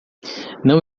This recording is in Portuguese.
não